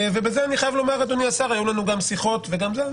היו לנו שיחות על זה,